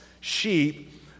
sheep